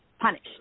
punished